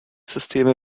systeme